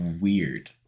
weird